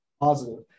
positive